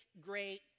great